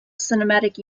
cinematic